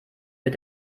mit